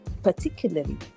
particularly